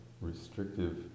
restrictive